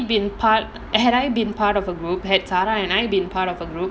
had we been part had I been part of a group had sara and I have been part of a group